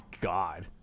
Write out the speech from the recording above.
god